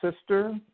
Sister